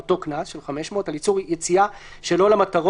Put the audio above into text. אותו קנס של 500 על איסור יציאה שלא למטרות